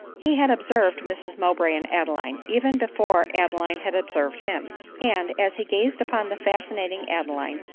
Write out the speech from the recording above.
he had observed mrs mow bray and adeline, even before adeline had observed him and, as he gazed upon the fascinating adeline,